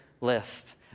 list